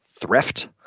thrift